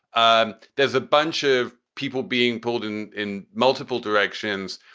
um there's a bunch of people being pulled in in multiple directions.